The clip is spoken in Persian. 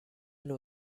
نوع